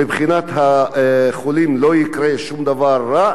מבחינת החולים לא יקרה שום דבר רע,